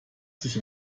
sich